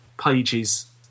pages